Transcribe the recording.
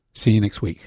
see you next week